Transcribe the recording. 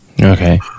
Okay